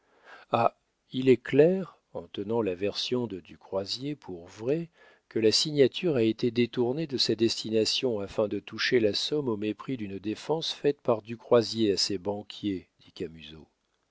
ah il est clair en tenant la version de du croisier pour vraie que la signature a été détournée de sa destination afin de toucher la somme au mépris d'une défense faite par du croisier à ses banquiers